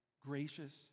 gracious